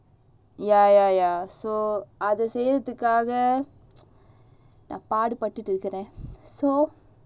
ya ya ya so அதுசெய்றதுக்காகநான்பாடுபட்டுட்டுஇருக்குறேன்:adhu seirathukaga nan paadupatutu iruken so